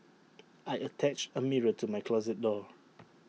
I attached A mirror to my closet door